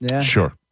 Sure